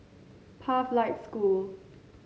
Pathlight School